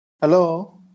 Hello